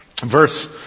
verse